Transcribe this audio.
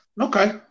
Okay